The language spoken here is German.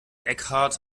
eckhart